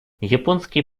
японский